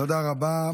תודה רבה.